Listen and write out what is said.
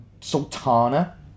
sultana